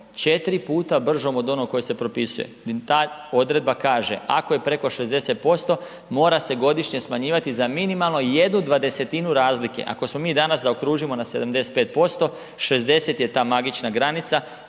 4 puta bržom od onog koji se propisuje, ta odredba kaže ako je preko 60% mora se godišnje smanjivati za minimalno jednu dvadesetinu razlike, ako smo mi danas, zaokružimo na 75%, 60 je ta magična granica,